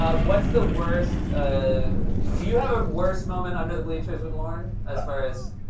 ah what's the worst ah do you have a worst moment under the bleachers with lorne, as far as